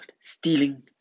stealing